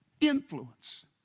Influence